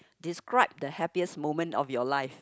describe the happiest moment of your life